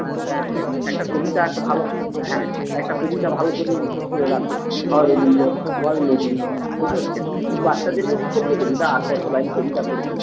হ্যাঁ এক একটা কবিতা একটা ভালো তো হ্যাঁ একটা কবিতা ভালো করে মুখস্ত করে রাখুক হয় রবীন্দ্র নয় নজরুল বুঝতে পেরেছেন এই বাচ্চাদের মধ্যে ছোট্ট কবিতা আট দশটা লাইন কবিতা করবেন